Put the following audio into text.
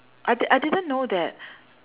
I I didn't know that